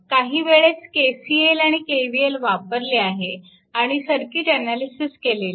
काही वेळेस KCL आणि KVL वापरले आहे आणि सर्किट अनालिसिस केलेले आहे